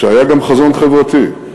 שהיה גם חזון חברתי.